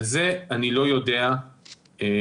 על זה אני לא יודע להתחייב.